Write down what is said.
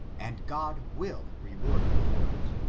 and god will reward you for it.